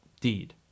deed